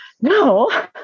no